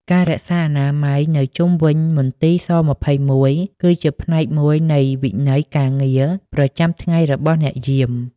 ការរក្សាអនាម័យនៅជុំវិញមន្ទីរស-២១ គឺជាផ្នែកមួយនៃវិន័យការងារប្រចាំថ្ងៃរបស់អ្នកយាម។